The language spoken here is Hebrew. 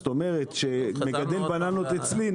זאת אומרת שמגדל בננות אצלי --- חזרנו עוד פעם.